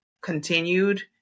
continued